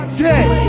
dead